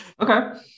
okay